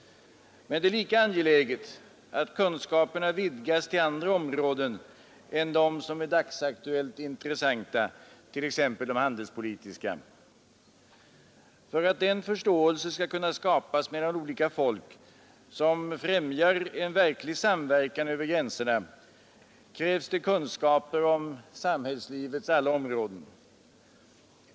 Det är lika angeläget att kunskaperna vidgas till andra områden än de dagsaktuellt intressanta, t.ex. de handelspolitiska. För att den förståelse skall kunna skapas mellan olika folk som främjar en verklig samverkan över gränserna krävs kunskaper om samhällslivets alla områden.